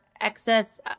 excess